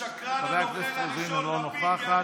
השקרן, הנוכל הראשון, לפיד.